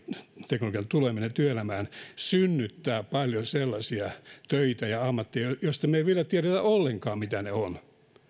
teknologian tuleminen työelämään synnyttävät paljon sellaisia töitä ja ammatteja joista me emme vielä tiedä ollenkaan mitä ne ovat